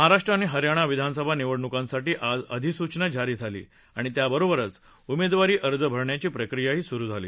महाराष्ट्र आणि हरयाणा विधानसभा निवडणुकांसाठी आज अधिसूचना जारी झाली आणि त्याबरोबरच उमेदवारी अर्ज भरण्याची प्रक्रियाही सुरु होईल